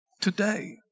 today